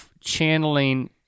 channeling